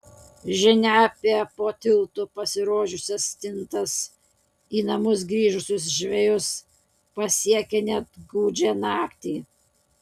žinia apie po tiltu pasirodžiusias stintas į namus grįžusius žvejus pasiekia net gūdžią naktį